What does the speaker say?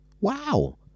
Wow